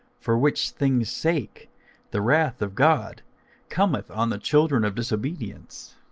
for which things' sake the wrath of god cometh on the children of disobedience